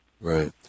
Right